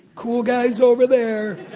cool guys over there,